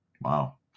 Wow